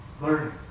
learning